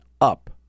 up